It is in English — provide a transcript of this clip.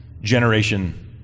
generation